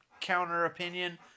counter-opinion